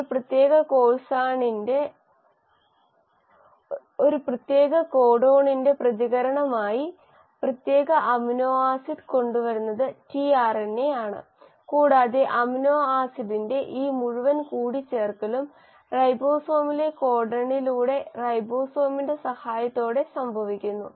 ഒരു പ്രത്യേക കോഡോണിന്റെ പ്രതികരണമായി പ്രത്യേക അമിനോ ആസിഡ് കൊണ്ടുവരുന്നത് tRNA ആണ് കൂടാതെ അമിനോ ആസിഡിന്റെ ഈ മുഴുവൻ കൂട്ടിച്ചേർക്കലും റൈബോസോമിലെ കോഡണിലൂടെ റൈബോസോമിന്റെ സഹായത്തോടെ സംഭവിക്കുന്നു